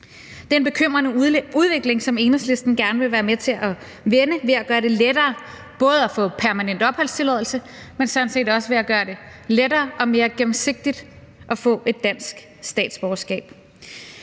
Det er en bekymrende udvikling, som Enhedslisten gerne vil være med til at vende, både ved at gøre det lettere at få permanent opholdstilladelse, men sådan set også ved at gøre det lettere og mere gennemsigtigt at få et dansk statsborgerskab.